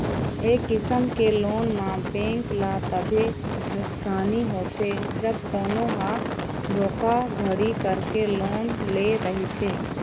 ए किसम के लोन म बेंक ल तभे नुकसानी होथे जब कोनो ह धोखाघड़ी करके लोन ले रहिथे